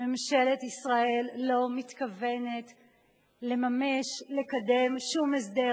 ממשלת ישראל לא מתכוונת לממש, לקדם, שום הסדר.